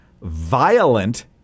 violent